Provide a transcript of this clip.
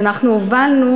שאנחנו הובלנו,